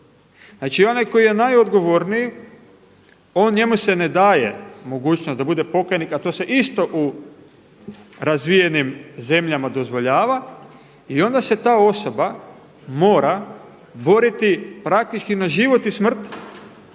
Znači onaj koji je najodgovorniji njemu se ne daje mogućnost da bude pokajnik, a to se isto u razvijenim zemljama dozvoljava i onda se ta osoba mora boriti praktički na život i smrt